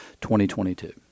2022